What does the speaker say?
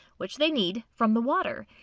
which they need, from the water.